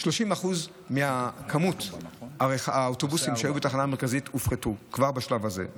30% מכמות האוטובוסים שהיו בתחנה המרכזית הופחתו כבר בשלב הזה,